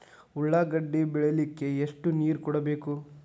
ಉಳ್ಳಾಗಡ್ಡಿ ಬೆಳಿಲಿಕ್ಕೆ ಎಷ್ಟು ನೇರ ಕೊಡಬೇಕು?